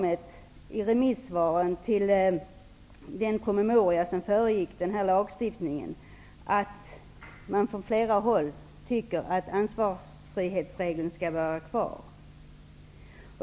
I remissvaren till den promemoria som föregick denna lagstiftning har det också framkommit att man från flera håll tycker att ansvarsfrihetsregeln skall vara kvar.